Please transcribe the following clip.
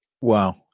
Wow